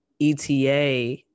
eta